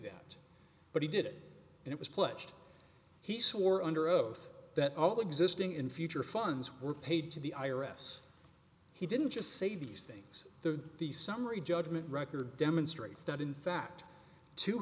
that but he did it and it was pledged he swore under oath that all the existing in future funds were paid to the i r s he didn't just say these things to the summary judgment record demonstrates that in fact two